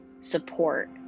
support